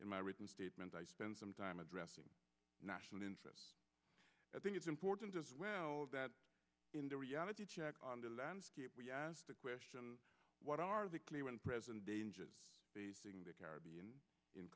in my written statement i spend some time addressing national interest i think it's important as well that in the reality check on the landscape we asked the question what i are the clear and present dangers facing the caribbean in